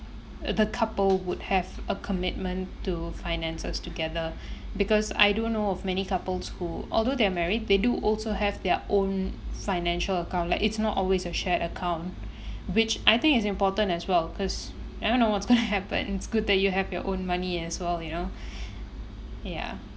uh the couple would have a commitment to finances together because I do know of many couples who although they're married they do also have their own financial account like it's not always a shared account which I think is important as well cause I don't know what's gonna happen it's good that you have your own money as well you know ya